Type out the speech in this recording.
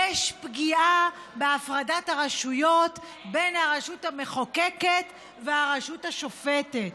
יש פגיעה בהפרדת הרשויות בין הרשות המחוקקת והרשות השופטת.